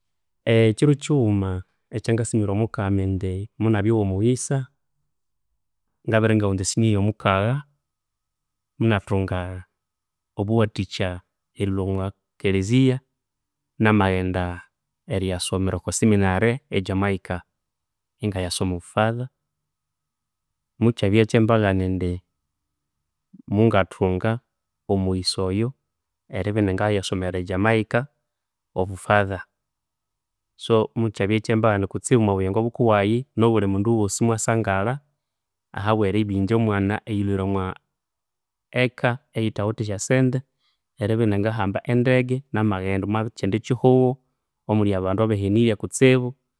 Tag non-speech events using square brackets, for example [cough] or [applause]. [hesitation] Ekyiro kyighuma ekyangasimira omukama indi munabya oghomughisa, ngabere ingaghunza esenior eyomukagha munathunga obuwathikya erilhwa omwakelezia, namaghenda eriyasomera okwa seminary e Jamaica ingayasoma obu father, mukyabya ekyembaghane indi mungathunga omughisa oyo eribya iningayasomera e Jamaica obu- father. So, mukyabya kyembaghene omwabuyingo bukuwayi, nobulimundu wosi mwasangala ahaberibya inje omwana eyilhwire omwa eka eyithawithe esyasente, eribya iningahamba endege, namaghenda omwakyindi kyihugho omuli abandu abahenirye kutsibu